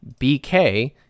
BK